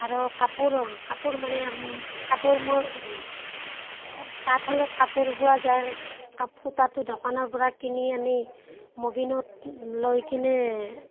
আৰু কাপোৰ কাপোৰ মানে কাপোৰ মো তাঁত শালত কাপোৰ বোৱা যায় কাপ সূতাটো দোকানৰ পৰা কিনি আনি ববিনত লৈ কিনে